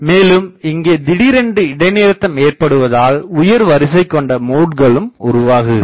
மேலும் இங்கே தீடீரென்று இடைநிறுத்தம் ஏற்ப்படுவதால் உயர்வரிசை கொண்ட மோட்களும் உருவாகிறது